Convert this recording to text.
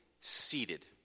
seated